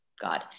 God